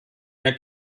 der